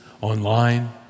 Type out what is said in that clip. online